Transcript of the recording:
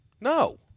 No